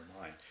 mind